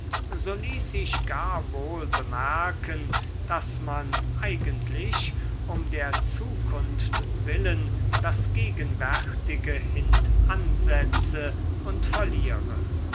so ließ sich gar wohl bemerken daß man eigentlich um der zukunft willen das gegenwärtige hintansetze und verliere